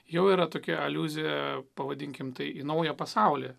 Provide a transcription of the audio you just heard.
jau yra tokia aliuzija pavadinkim tai į naują pasaulį